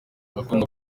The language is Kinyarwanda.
akunda